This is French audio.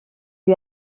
lui